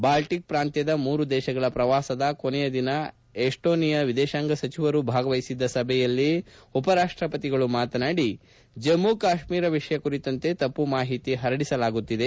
Baltic ಪ್ರಾಂತ್ಯದ ಮೂರು ದೇಶಗಳ ಪ್ರವಾಸದ ಕೊನೆಯ ದಿನ ಎಸ್ಲೋನಿಯಾ ವಿದೇಶಾಂಗ ಸಚಿವರೂ ಭಾಗವಹಿಸಿದ್ದ ಸಭೆಯಲ್ಲಿ ಮಾತನಾಡಿ ಜಮ್ನು ಕಾಶ್ನೀರ ವಿಷಯ ಕುರಿತಂತೆ ತಮ್ನ ಮಾಹಿತಿ ಪರಡಿಸಲಾಗುತ್ತಿದೆ